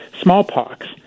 smallpox